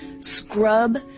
scrub